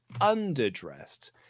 underdressed